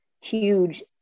huge